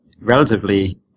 relatively